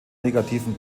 negativen